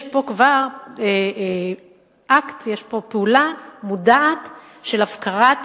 יש פה כבר אקט, יש פה פעולה מודעת של הפקרת אדם,